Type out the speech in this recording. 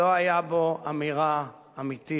לא היתה בו אמירה אמיתית